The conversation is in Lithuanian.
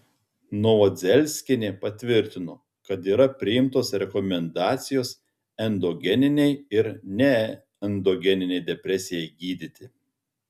novodzelskienė patvirtino kad yra priimtos rekomendacijos endogeninei ir neendogeninei depresijai gydyti